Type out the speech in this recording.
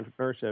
entrepreneurship